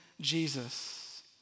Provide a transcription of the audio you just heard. Jesus